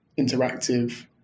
interactive